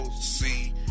see